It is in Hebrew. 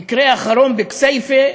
המקרה האחרון בכסייפה,